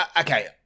okay